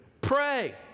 Pray